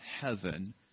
heaven